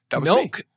Milk